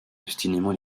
obstinément